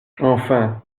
enfin